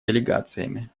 делегациями